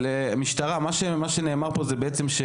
אבל מה שנאמר כאן על